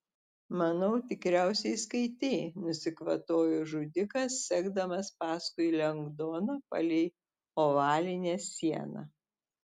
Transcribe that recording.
manau tikriausiai skaitei nusikvatojo žudikas sekdamas paskui lengdoną palei ovalinę sieną